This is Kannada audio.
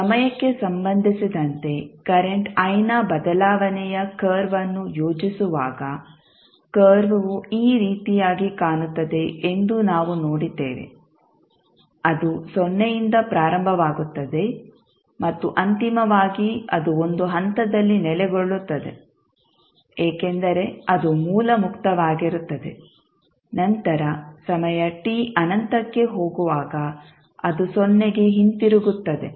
ಸಮಯಕ್ಕೆ ಸಂಬಂಧಿಸಿದಂತೆ ಕರೆಂಟ್ i ನ ಬದಲಾವಣೆಯ ಕರ್ವ್ ಅನ್ನು ಯೋಜಿಸುವಾಗ ಕರ್ವ್ವು ಈ ರೀತಿಯಾಗಿ ಕಾಣುತ್ತದೆ ಎಂದು ನಾವು ನೋಡಿದ್ದೇವೆ ಅದು ಸೊನ್ನೆಯಿಂದ ಪ್ರಾರಂಭವಾಗುತ್ತದೆ ಮತ್ತು ಅಂತಿಮವಾಗಿ ಅದು ಒಂದು ಹಂತದಲ್ಲಿ ನೆಲೆಗೊಳ್ಳುತ್ತದೆ ಏಕೆಂದರೆ ಅದು ಮೂಲ ಮುಕ್ತವಾಗಿರುತ್ತದೆ ನಂತರ ಸಮಯ t ಅನಂತಕ್ಕೆ ಹೋಗುವಾಗ ಅದು ಸೊನ್ನೆಗೆ ಹಿಂತಿರುಗುತ್ತದೆ